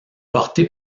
portée